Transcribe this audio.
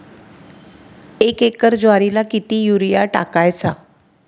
एक एकर ज्वारीला किती युरिया टाकायचा?